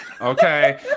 okay